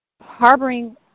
harboring